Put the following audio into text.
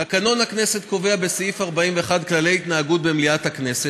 תקנון הכנסת קובע בסעיף 41 כללי התנהגות במליאת הכנסת,